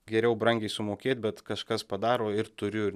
geriau brangiai sumokėt bet kažkas padaro ir turiu ir